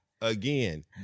Again